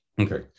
Okay